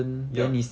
ya